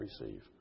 receive